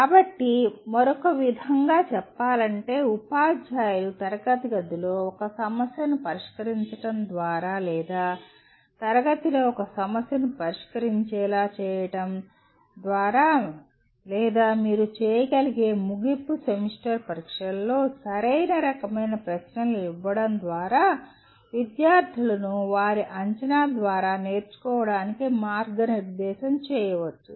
కాబట్టి మరొక విధంగా చెప్పాలంటే ఉపాధ్యాయులు తరగతిలో ఒక సమస్యను పరిష్కరించడం ద్వారా లేదా తరగతిలో ఒక సమస్యను పరిష్కరించేలా చేయడం ద్వారా లేదా మీరు చేయగలిగే ముగింపు సెమిస్టర్ పరీక్షలలో సరైన రకమైన ప్రశ్నలను ఇవ్వడం ద్వారా విద్యార్థులను వారి అంచనా ద్వారా నేర్చుకోవడానికి మార్గనిర్దేశం చేయవచ్చు